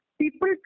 People